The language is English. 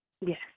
Yes